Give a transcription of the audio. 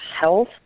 health